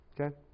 Okay